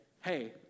hey